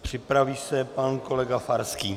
Připraví se pan kolega Farský.